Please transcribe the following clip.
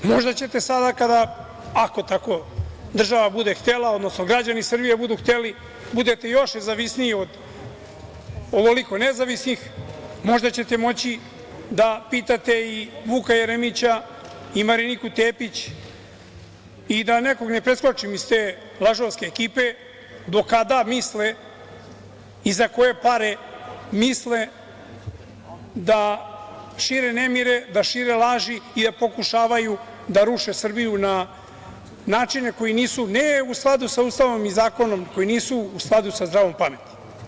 Možda ćete sada, ako tako država bude htela, odnosno građani Srbije budu hteli, budete još nezavisniji od ovoliko nezavisnih, možda ćete moći da pitate i Vuka Jeremića i Mariniku Tepić i da nekog ne preskočim iz te lažovske ekipe, do kada misle i za koje pare misle da šire nemire, da šire laži i da pokušavaju da ruše Srbiju na načine koji nisu ne u skladu sa Ustavom i zakonom, koji nisu u skladu sa zdravom pameti?